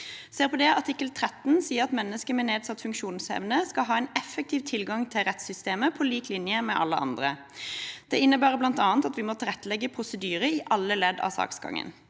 CRPD artikkel 13 sier at mennesker med nedsatt funksjonsevne skal ha en effektiv tilgang til rettssystemet, på lik linje med alle andre. Det innebærer bl.a. at vi må tilrettelegge prosedyrer i alle ledd av saksgangen.